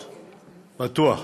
בטוח,